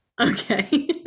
Okay